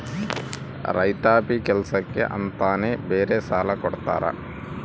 ರೈತಾಪಿ ಕೆಲ್ಸಕ್ಕೆ ಅಂತಾನೆ ಬೇರೆ ಸಾಲ ಕೊಡ್ತಾರ